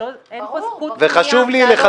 חשוב לי להדגיש שאין פה זכות קנויה --- חשוב